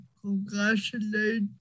congratulate